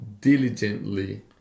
diligently